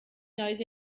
those